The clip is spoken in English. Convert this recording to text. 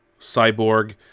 Cyborg